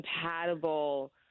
compatible